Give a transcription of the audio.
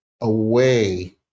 away